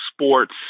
sports